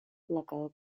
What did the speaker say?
local